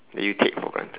that you take for granted